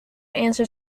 answers